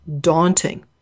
daunting